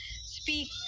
speak